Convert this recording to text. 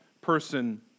person